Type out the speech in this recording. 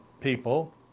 people